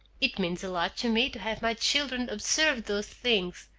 it means a lot to me to have my children observe those things.